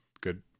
Good